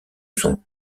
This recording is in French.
sont